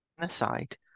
genocide